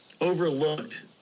overlooked